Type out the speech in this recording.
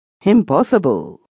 Impossible